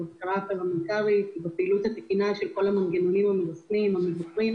בבקרה הפרלמנטרית ובפעילות התקינה של כל המנגנונים המרסנים והמבקרים,